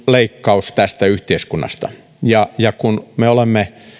leikkaus tästä yhteiskunnasta kun me olemme